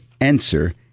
answer